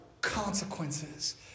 consequences